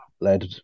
led